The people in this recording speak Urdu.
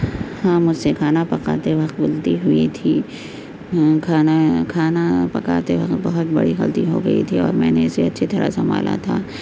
ہاں مجھ سے کھانا پکاتے وقت غلطی ہوئی تھی ہاں کھانا کھانا پکاتے وقت بہت بڑی غلطی ہو گئی تھی اور میں نے اسے اچھی طرح سنبھالا تھا